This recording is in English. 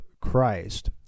Christ